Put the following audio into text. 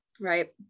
right